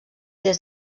des